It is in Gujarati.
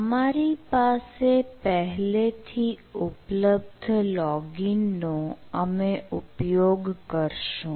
અમારી પાસે પહેલેથી ઉપલબ્ધ લોગીન નો અમે ઉપયોગ કરશું